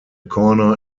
corner